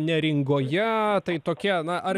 neringoje tai tokia na ar